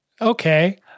okay